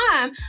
time